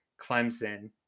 Clemson